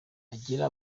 agira